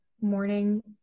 morning